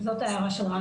זאת ההערה שלנו.